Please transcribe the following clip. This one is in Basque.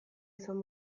izan